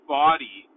body